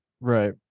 Right